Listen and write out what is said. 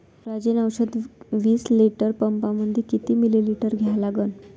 Coragen औषध विस litre पंपामंदी किती मिलीमिटर घ्या लागन?